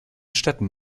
städten